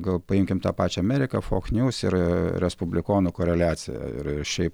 gal paimkim tą pačią ameriką fokniūs ir respublikonų koreliaciją ir šiaip